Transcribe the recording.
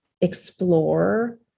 explore